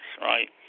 right